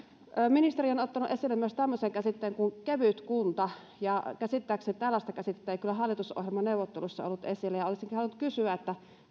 ministeri on ottanut esille myös tämmöisen käsitteen kuin kevytkunta käsittääkseni tällaista käsitettä ei kyllä hallitusohjelmaneuvotteluissa ollut esillä ja olisinkin halunnut kysyä